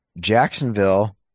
Jacksonville